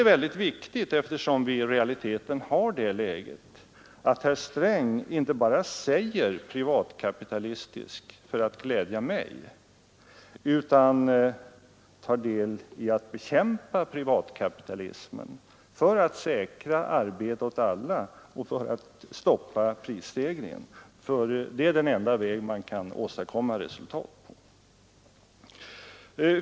Eftersom vi i realiteten har det läget är det viktigt att herr Sträng inte bara använder ordet ”privatkapitalistisk” för att glädja mig, utan också tar del i att bekämpa privatkapitalismen för att säkra arbete åt alla och för att stoppa prisstegringen — det är den enda väg man kan åstadkomma resultat på.